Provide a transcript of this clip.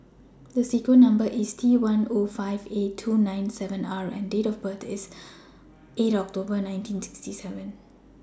The Number sequence IS T one O five eight two nine seven R and Date of birth IS eight October nineteen sixty seven